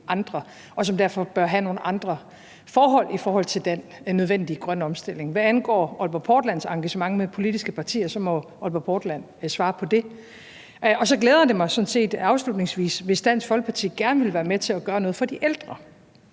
og som derfor bør have nogle andre forhold i forbindelse med den nødvendige grønne omstilling. Hvad angår Aalborg Portlands engagement med politiske partier, så er det noget, Aalborg Portland må svare på. Så vil jeg afslutningsvis sige, at det sådan set glæder mig, hvis Dansk Folkeparti gerne vil være med til at gøre noget for de ældre,